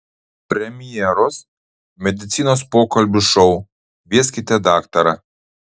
premjeros medicinos pokalbių šou kvieskite daktarą